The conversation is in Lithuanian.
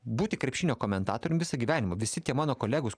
būti krepšinio komentatorium visą gyvenimą visi tie mano kolegos